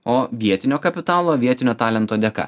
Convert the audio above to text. o vietinio kapitalo vietinio talento dėka